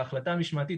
ההחלטה המשמעתית,